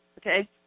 okay